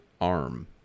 arm